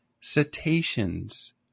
cetaceans